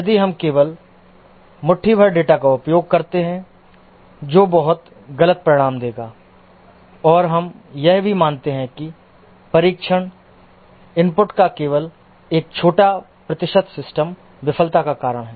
यदि हम केवल मुट्ठी भर डेटा का उपयोग करते हैं जो बहुत गलत परिणाम देगा और हम यह भी मानते हैं कि परीक्षण इनपुट का केवल एक छोटा प्रतिशत सिस्टम विफलता का कारण है